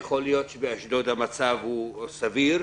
יכול להיות שבאשדוד המצב סביר.